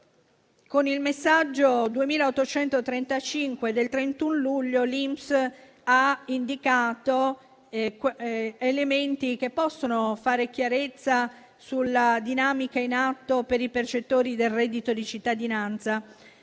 Con il messaggio n. 2835 del 31 luglio, l'INPS ha indicato elementi che possono fare chiarezza sulla dinamica in atto per i percettori del reddito di cittadinanza.